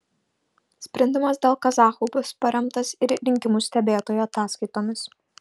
sprendimas dėl kazachų bus paremtas ir rinkimų stebėtojų ataskaitomis